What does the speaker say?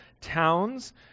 towns